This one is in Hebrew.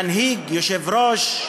מנהיג, יושב-ראש,